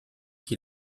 qui